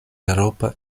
eŭropa